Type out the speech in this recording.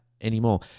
anymore